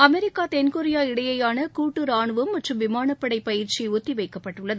America தென்கொரியா இடையேயான கூட்டு ரானுவம் மற்றும் விமானப் படைப் பயிற்சி ஒத்திவைக்கப்பட்டுள்ளது